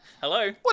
Hello